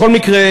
בכל מקרה,